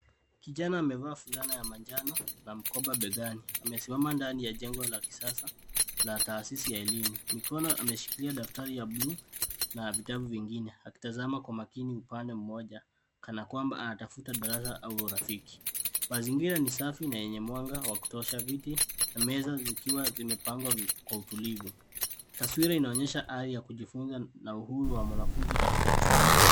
Kijana amevaa fulana ya manjano na amebeba mkoba begani. Amesimama ndani ya jengo la kisasa la taasisi ya elimu. Mikononi mwake ameshikilia daftari la bluu pamoja na vitabu vingine. Anaonekana kutazama kwa umakini upande mmoja kana kwamba anatafuta darasa au rafiki. Mazingira ni safi na yenye mwanga wa kutosha, huku viti na meza vikiwa vimepangwa kwa utulivu. Taswira hii inaonyesha ari ya kujifunza na uhuru wa mwanafunzi katika chuo.